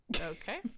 Okay